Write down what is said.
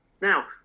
Now